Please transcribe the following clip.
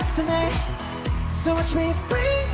tonight so watch me bring